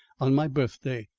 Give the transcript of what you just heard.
on my birthday.